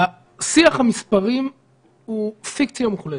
שיח המספרים הוא פיקציה מוחלטת,